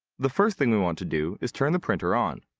the first thing we want to do is turn the printer on,